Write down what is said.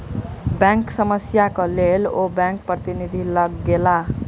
bank समस्या के लेल ओ बैंक प्रतिनिधि लग गेला